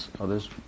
others